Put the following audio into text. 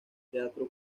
teatro